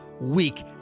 week